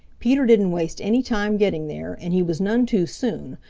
peter didn't waste any time getting there, and he was none too soon,